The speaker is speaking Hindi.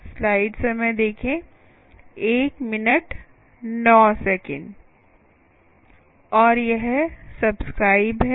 और यह सब्सक्राइब है